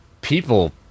people